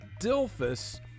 Dilphus